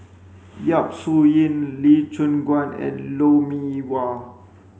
Yap Su Yin Lee Choon Guan and Lou Mee Wah